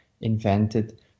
invented